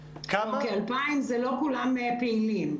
2,000, לא כולם פעילים.